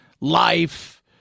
life